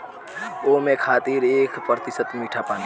ओमें खातिर एक प्रतिशत मीठा पानी